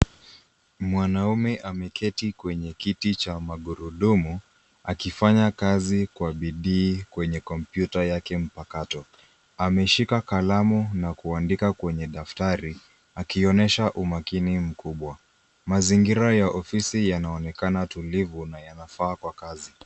Mwanaume ameketi kwenye kiti cha magurudumu akifanya kazi kwa bidii kwenye kompyuta yake mpakato. Ameshika kalamu na kuandika kwenye daftari akionyesha umakini mkubwa. Mazingira ya ofisi yanaonekana tulivu na yanafaa kwa kazi.